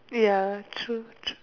ya true true